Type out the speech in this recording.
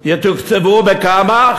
יתוקצבו בכמה?